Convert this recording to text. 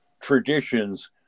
traditions